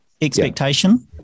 expectation